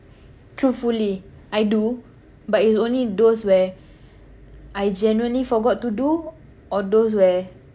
truthfully I do but it's only those where I genuinely forgot to do or those where